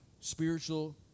spiritual